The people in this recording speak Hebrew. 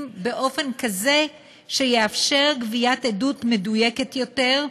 באופן כזה שיאפשר גביית עדות מדויקת יותר,